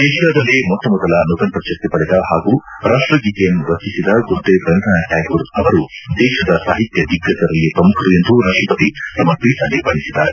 ಏಷ್ಕಾದಲ್ಲಿ ಮೊಟ್ಟ ಮೊದಲ ನೊಬೆಲ್ ಪ್ರಶಸ್ತಿ ಪಡೆದ ಹಾಗೂ ರಾಷ್ಟಗೀತೆಯನ್ನು ರಚಿಸಿದ ಗುರುದೇವ್ ರವೀಂದ್ರನಾಥ್ ಟ್ಕಾಗೂರ್ ಅವರು ದೇಶದ ಸಾಹಿತ್ಯ ದಿಗ್ಗಜರಲ್ಲಿ ಪ್ರಮುಖರು ಎಂದು ರಾಷ್ಟಪತಿ ತಮ್ಮ ಟ್ವೀಟ್ನಲ್ಲಿ ಬಣ್ಣೆಸಿದ್ದಾರೆ